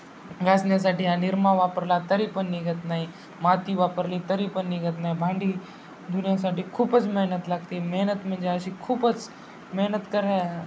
घासण्यासाठी हा निरमा वापरला तरी पण निघत नाही माती वापरली तरी पण निघत नाही भांडी धुण्यासाठी खूपच मेहनत लागते मेहनत म्हणजे अशी खूपच मेहनत करायला